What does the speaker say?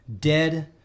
dead